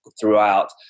throughout